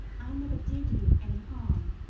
i never did you any harm.